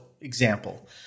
example